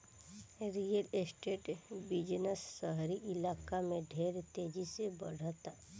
real estate business शहरी इलाका में ढेर तेजी से बढ़ता